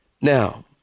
Now